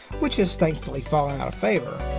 which has thankfully fallen out of favor.